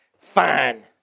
fine